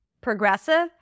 progressive